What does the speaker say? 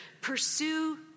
Pursue